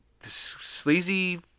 sleazy